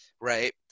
Right